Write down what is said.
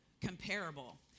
comparable